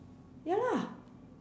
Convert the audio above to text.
ya lah